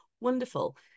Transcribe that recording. Wonderful